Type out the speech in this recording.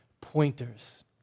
pointers